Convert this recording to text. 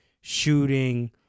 shooting